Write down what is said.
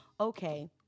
Okay